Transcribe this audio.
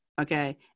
Okay